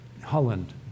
Holland